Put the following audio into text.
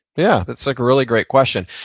yeah, that's like a really great question.